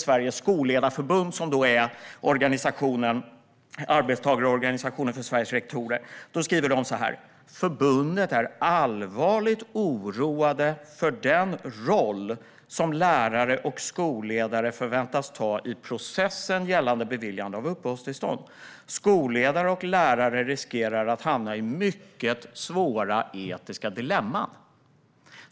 Sveriges Skolledarförbund, som är arbetstagarorganisationen för Sveriges rektorer, skriver: "Förbundet är allvarligt oroade för den roll som lärare och skolledare förväntas ta i processen gällande beviljande av uppehållstillstånd. Skolledare och lärare riskerar att hamna i mycket svåra etiska dilemman."